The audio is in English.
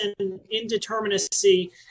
indeterminacy